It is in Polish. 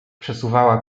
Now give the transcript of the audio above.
przesuwała